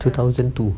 two thousand two